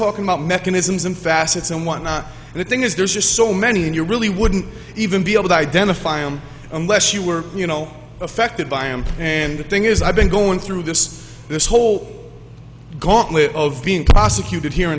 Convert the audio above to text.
talking about mechanisms and facets and whatnot and the thing is there's just so many and you really wouldn't even be able to identify him unless you were you know affected by him and the thing is i've been going through this this whole gauntlet of being prosecuted here